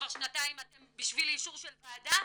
כבר שנתיים בשביל אישור של ועדה?